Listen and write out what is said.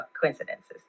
coincidences